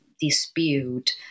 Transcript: dispute